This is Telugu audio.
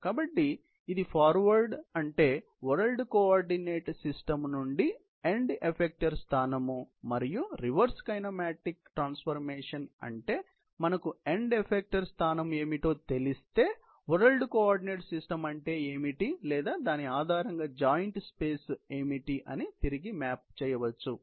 కాబట్టి ఇది ఫార్వర్డ్ అంటే వరల్డ్ కోఆర్డినేట్ సిస్టం నుండి ఎండ్ ఎఫెక్టరు స్థానం మరియు రివర్స్ కైనమాటిక్ అంటే మనకు ఎండ్ ఎఫెక్టరు స్థానం ఏమిటో తెలిస్తే వరల్డ్ కోఆర్డినేట్ సిస్టమ్ అంటే ఏమిటి లేదా దాని ఆధారంగా జాయింట్ స్పేస్ ఏమిటి అని తిరిగి మ్యాప్ చేయవచ్చు